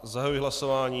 Zahajuji hlasování.